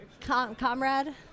Comrade